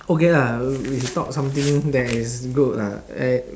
okay lah w~ we talk something that is good lah like